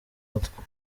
mutwe